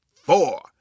four